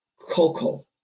Coco